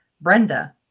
Brenda